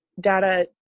Data